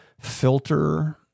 filter